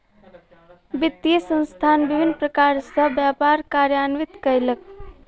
वित्तीय संस्थान विभिन्न प्रकार सॅ व्यापार कार्यान्वित कयलक